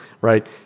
right